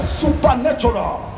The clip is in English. supernatural